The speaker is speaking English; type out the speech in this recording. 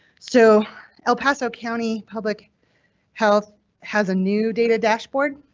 so el paso county public health has a new data dashboard.